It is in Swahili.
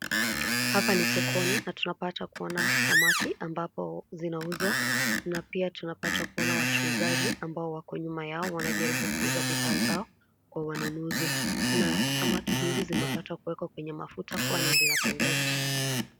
Hapa ni sokoni na tunapata kuona samaki ambapo zinauzwa na pia tunapata kuona wachuuzaji ambao wako nyuma yao wanajaribu kuuza bidhaa zao kwa wanunuzi na samaki hizi zimepata kuwekwa kwenye mafuta kwani zinapendeza.